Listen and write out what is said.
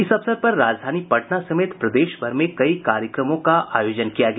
इस अवसर पर राजधानी पटना समेत प्रदेश भर में कई कार्यक्रमों का आयोजन किया गया